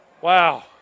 Wow